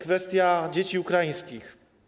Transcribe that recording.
Kwestia dzieci ukraińskich.